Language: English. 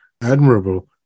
admirable